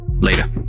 Later